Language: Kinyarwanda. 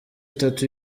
itatu